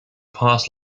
pass